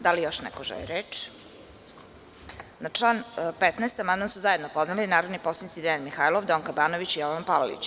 Da li još neko želi reč? (Ne) Na član 15. amandman su zajedno podneli narodni poslanici Dejan Mihajlov, Donka Banović i Jovan Palalić.